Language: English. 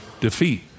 defeat